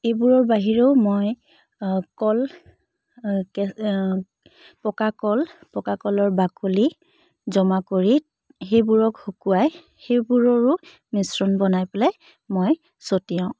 এইবোৰৰ বাহিৰেও মই কল কে পকা কল পকা কলৰ বাকলি জমা কৰি সেইবোৰক শুকুৱাই সেইবোৰৰো মিশ্ৰণ বনাই পেলাই মই ছটিয়াওঁ